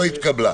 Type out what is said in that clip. לא התקבלה.